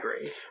agree